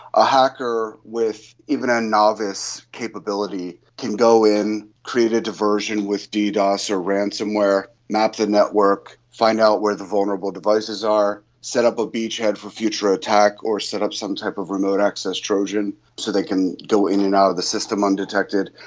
a hacker with even a novice capability can go in, create a diversion with ddos or ransomware, not the network, find out where the vulnerable devices are, set up a beachhead for future attack or setup some type of remote access trojan so they can go in and out of the system undetected,